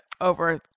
over